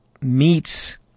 meets